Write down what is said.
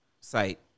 site